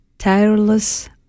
Tireless